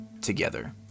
together